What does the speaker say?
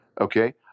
Okay